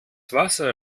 wasser